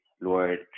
lord